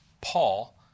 Paul